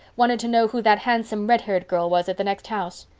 wanted to know who that handsome redhaired girl was at the next house.